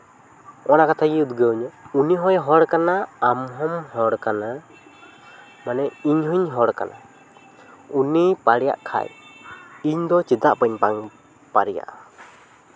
ᱱᱚᱜᱼᱚᱼᱱᱟ ᱠᱟᱛᱷᱟ ᱤᱧᱮ ᱩᱫᱽᱜᱟᱹᱣ ᱤᱧᱟᱹ ᱩᱱᱤ ᱦᱚᱸᱭ ᱦᱚᱲ ᱠᱟᱱᱟ ᱟᱢ ᱦᱚᱸᱢ ᱦᱚᱲ ᱠᱟᱱᱟ ᱢᱟᱱᱮ ᱤᱧ ᱦᱚᱸᱧ ᱦᱚᱲ ᱠᱟᱱᱟ ᱩᱱᱤ ᱫᱟᱲᱮᱭᱟᱜᱼᱟ ᱠᱷᱟᱱ ᱤᱧ ᱫᱚ ᱪᱮᱫᱟᱜ ᱵᱟᱹᱧ ᱵᱟᱝ ᱫᱟᱲᱮᱭᱟᱜᱼᱟ